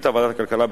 החליטה ועדת הכלכלה,